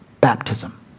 baptism